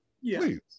Please